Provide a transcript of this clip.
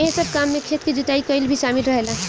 एह सब काम में खेत के जुताई कईल भी शामिल रहेला